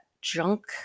junk